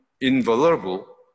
invulnerable